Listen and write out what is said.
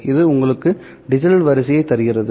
இது உங்களுக்கு டிஜிட்டல் வரிசையை தருகிறது